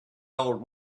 old